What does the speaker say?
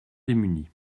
démunis